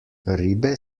ribe